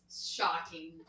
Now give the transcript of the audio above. Shocking